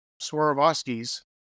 Swarovskis